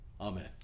Amen